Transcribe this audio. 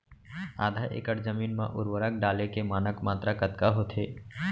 आधा एकड़ जमीन मा उर्वरक डाले के मानक मात्रा कतका होथे?